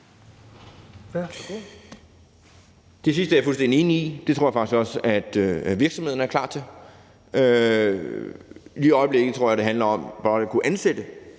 Det sidste er jeg fuldstændig enig i. Det tror jeg faktisk også at virksomhederne er klar til. Jeg tror, at det lige i øjeblikket handler om blot at kunne ansætte